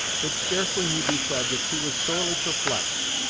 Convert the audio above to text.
it scarcely need be said that she was sorely perplexed.